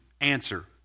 answer